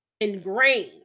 ingrain